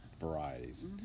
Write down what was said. varieties